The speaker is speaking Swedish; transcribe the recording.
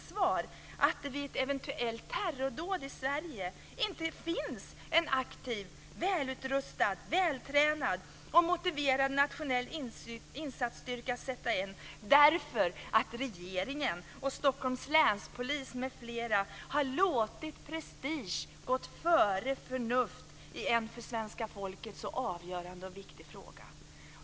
Sverige inte finns en aktiv, välutrustad, vältränad och motiverad nationell insatsstyrka att sätta in därför att regeringen och polisen i Stockholms län, bl.a., har låtit prestige gå före förnuft i en för svenska folket så avgörande och viktig fråga.